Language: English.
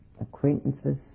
acquaintances